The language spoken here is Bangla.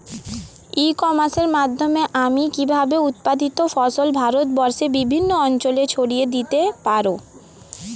ই কমার্সের মাধ্যমে আমি কিভাবে উৎপাদিত ফসল ভারতবর্ষে বিভিন্ন অঞ্চলে ছড়িয়ে দিতে পারো?